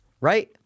right